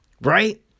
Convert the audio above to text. right